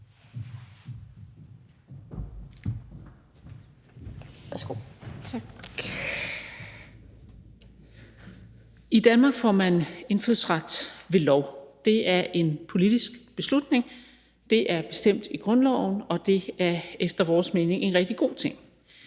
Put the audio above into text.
I Danmark får man indfødsret ved lov. Det er en politisk beslutning, det er bestemt i grundloven, og det er efter vores mening en rigtig god ting.